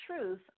truth